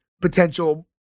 potential